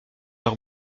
leur